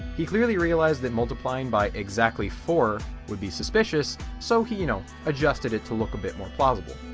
he clearly realized that multiplying by exactly four would be suspicious so he, you know, adjusted it to look a bit more plausible.